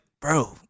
Bro